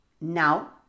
Now